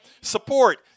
support